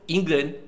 England